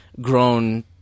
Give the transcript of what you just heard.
grown